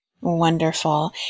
Wonderful